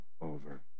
over